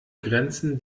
grenzen